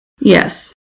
Yes